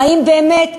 האם באמת המונופול,